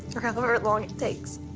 or however long it takes.